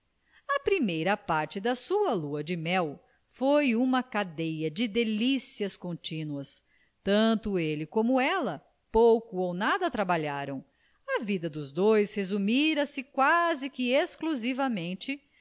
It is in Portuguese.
a primeira parte da sua lua-de-mel foi uma cadeia de delicias continuas tanto ele como ela pouco ou nada trabalharam a vida dos dois resumira se quase que exclusivamente